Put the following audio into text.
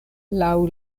laŭ